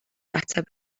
ateb